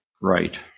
right